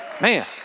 Man